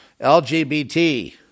LGBT